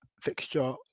fixture